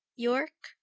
yorke,